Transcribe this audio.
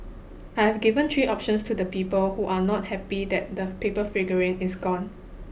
I've given three options to the people who are not happy that the paper figurine is gone